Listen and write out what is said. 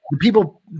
People